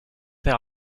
they